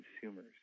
consumers